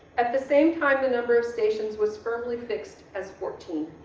at the same time, the number of stations was firmly fixed as fourteen.